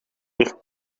ligt